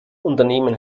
unternehmen